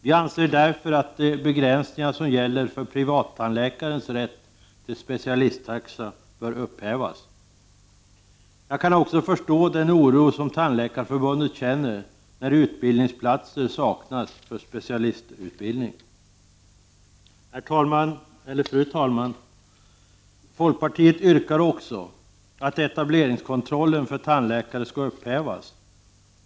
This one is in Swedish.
Vi anser därför att de begränsningar som gäller för privattandläkares rätt till specialisttaxa bör upphävas. Jag kan också förstå den oro som Tandläkarförbundet känner när utbildningsplatser saknas för specialistutbildning. Fru talman! Folkpartiet yrkar också att etableringskontrollen för tandläkare skall upphävas.